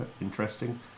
interesting